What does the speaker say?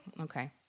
okay